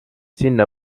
sinna